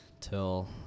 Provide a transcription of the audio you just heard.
till